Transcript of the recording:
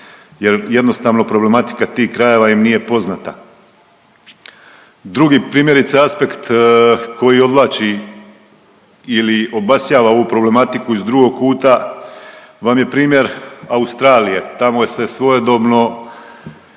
jer jednostavno problematika tih krajeva im nije poznata. Drugi primjerice aspekt koji odvlači ili obasjava ovu problematiku iz drugog kuta vam je primjer Australija. Tamo se svojedobno